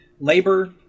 labor